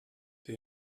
der